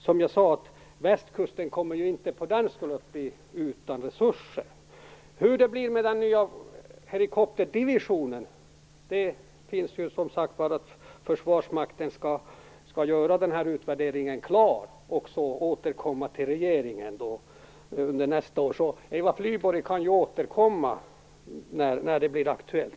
Som jag sade kommer västkusten för den skull inte att bli utan resurser. När det gäller frågan om hur det blir med den nya helikopterdivisionen är det så att Försvarsmakten skall bli klar med utvärderingen och återkomma till regeringen under nästa år. Så Eva Flyborg kan ju återkomma när det blir aktuellt.